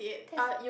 that's